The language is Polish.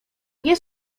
nie